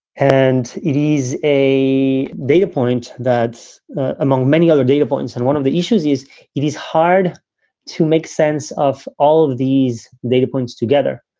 and it is a data point that's among many other data points. and one of the issues is it is hard to make sense of all of these data points together.